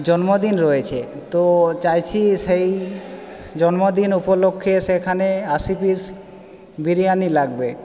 জন্মদিন রয়েছে তো চাইছি সেই জন্মদিন উপলক্ষ্যে সেখানে আশি পিস বিরিয়ানি লাগবে